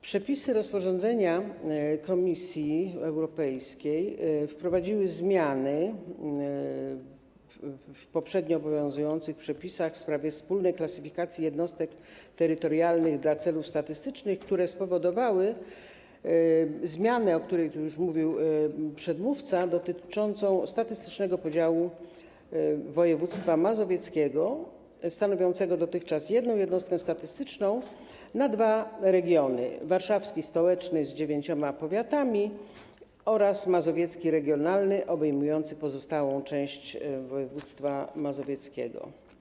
Przepisy rozporządzenia Komisji Europejskiej wprowadziły zmiany w poprzednio obowiązujących przepisach w sprawie wspólnej klasyfikacji jednostek terytorialnych do celów statystycznych, które spowodowały zmianę, o której tu już mówił przedmówca, dotyczącą statystycznego podziału województwa mazowieckiego, stanowiącego dotychczas jedną jednostkę statystyczną, na dwa regiony: warszawski stołeczny z dziewięcioma powiatami oraz mazowiecki regionalny obejmujący pozostałą część województwa mazowieckiego.